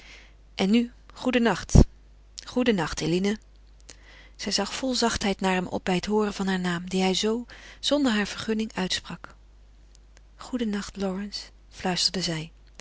en nu goeden nacht goeden nacht eline zij zag vol zachtheid naar hem op bij het hooren van haar naam dien hij zoo zonder haar vergunning uitsprak goeden nacht lawrence fluisterde zij